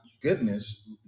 goodness